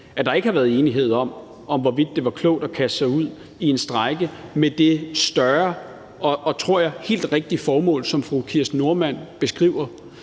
at der ikke har været enighed om, hvorvidt det var klogt at kaste sig ud i en strejke med det større og, tror jeg, helt rigtige formål, som fru Kirsten Normann Andersen